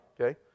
Okay